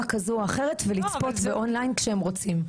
כזו או אחרת ולצפות ב-אונליין כשהם רוצים.